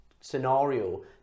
scenario